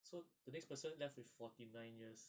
so the next person left with forty nine years